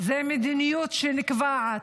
זו מדיניות שנקבעת,